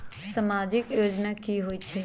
समाजिक योजना की होई छई?